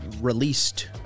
released